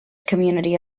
community